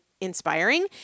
inspiring